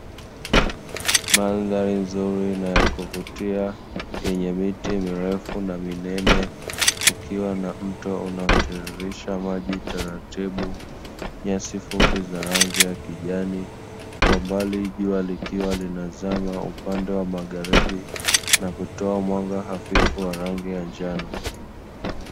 Mandhari nzuri na ya kuvutia yenye miti mirefu na minene, kukiwa na mto unaotiririsha maji taratibu, nyasi fupi za rangi ya kijani, kwa mbali jua likiwa linazama upande wa magharibi na kutoa mwanga hafifu wa rangi ya njano.